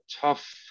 tough